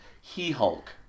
He-Hulk